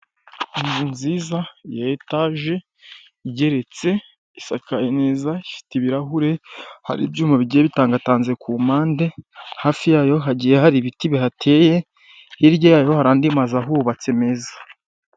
Inzu nziza ya etage igeretse isakaye neza ifite ibirahure hari ibyuma bigiye bitangatanze ku mpande, hafi yayo hagiye hari ibiti bihateye, hirya yayo hari andi mazu ahubatse meza.